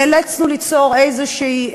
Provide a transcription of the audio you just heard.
נאלצנו ליצור איזושהי,